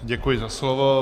Děkuji za slovo.